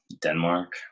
Denmark